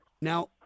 Now